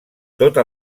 tota